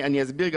אני אסביר.